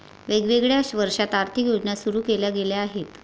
वेगवेगळ्या वर्षांत आर्थिक योजना सुरू केल्या गेल्या आहेत